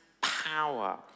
power